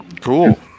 Cool